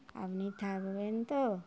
আপনি থাকবেন তো